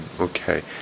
Okay